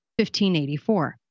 1584